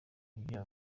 ibyuya